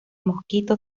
mosquito